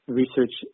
research